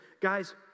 guys